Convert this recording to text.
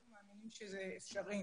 אנחנו מאמינים שזה אפשרי.